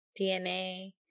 DNA